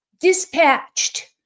dispatched